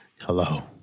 hello